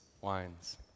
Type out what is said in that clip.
wines